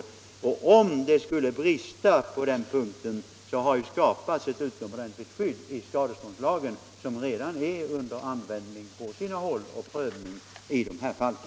För den händelse det skulle brista på den punkten har ju skapats ett utomordentligt skydd i skadeståndslagen, som redan på sina håll är under användning och prövning i dessa fall.